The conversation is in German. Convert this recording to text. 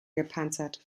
gepanzert